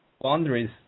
boundaries